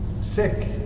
sick